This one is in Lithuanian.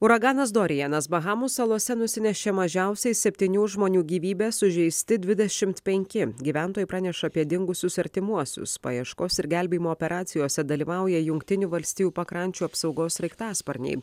uraganas dorianas bahamų salose nusinešė mažiausiai septynių žmonių gyvybes sužeisti dvidešimt penki gyventojai praneša apie dingusius artimuosius paieškos ir gelbėjimo operacijose dalyvauja jungtinių valstijų pakrančių apsaugos sraigtasparniai